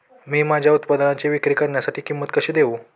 मी माझ्या उत्पादनाची विक्री करण्यासाठी किंमत कशी देऊ?